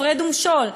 הפרד ומשול,